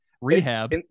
rehab